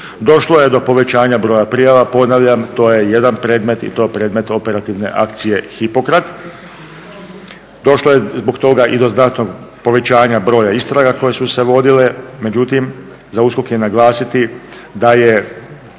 Došlo je do povećanja broja prijava, ponavljam to je jedan predmet i to predmet operativne akcije Hipokrat. Došlo je zbog toga i do znatnog povećanja broja istraga koje su se vodile, međutim za USKOK je naglasiti da je